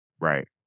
Right